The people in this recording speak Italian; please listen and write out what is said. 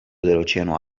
dell’oceano